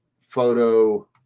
photo